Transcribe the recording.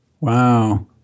Wow